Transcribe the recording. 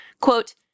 Quote